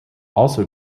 also